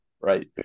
right